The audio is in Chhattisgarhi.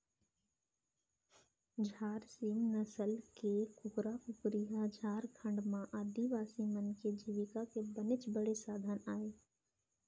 झार सीम नसल के कुकरा कुकरी ह झारखंड म आदिवासी मन के जीविका के बनेच बड़े साधन अय